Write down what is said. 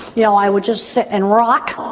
you know, i would just sit and rock.